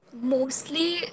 mostly